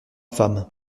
femme